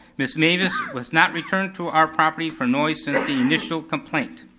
miss mavis was not returned to our property for noise since the initial complaint.